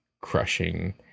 crushing